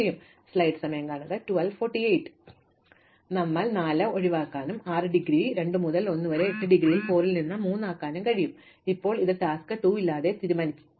അതിനാൽ നമുക്ക് അത് 4 ഒഴിവാക്കാനും 6 ഡിഗ്രി 2 മുതൽ 1 വരെ 8 ഡിഗ്രിയിൽ 4 ൽ നിന്ന് 3 ആക്കാനും കഴിയും ഇപ്പോൾ ഇത് ടാസ്ക് 2 ഇല്ലാതാക്കാൻ തീരുമാനിച്ചേക്കാം